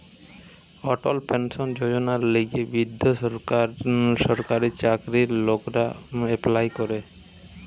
অটল pension যোজনার লিগে বৃদ্ধ সরকারি চাকরির লোকরা এপ্লাই করে